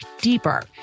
deeper